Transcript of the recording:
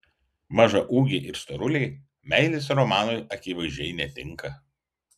mažaūgiai ir storuliai meilės romanui akivaizdžiai netinka